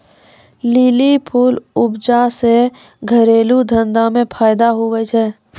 lily फूल उपजा से घरेलू धंधा मे फैदा हुवै छै